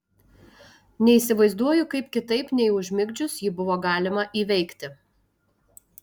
neįsivaizduoju kaip kitaip nei užmigdžius jį buvo galima įveikti